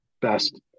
best